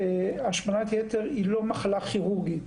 השמנת יתר היא לא מחלה כירורגית.